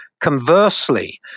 conversely